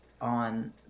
on